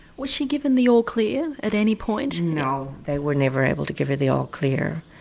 was she given the all-clear at any point? no, they were never able to give her the all-clear,